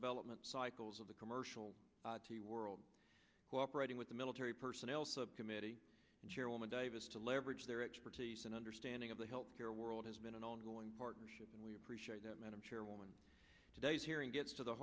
development cycles of the commercial world cooperating with the military personnel subcommittee and chairwoman davis to leverage their expertise and understanding of the health care world has been an ongoing partnership and we appreciate that madam chairwoman today's hearing gets to the